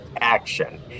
action